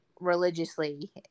religiously